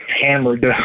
hammered